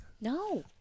No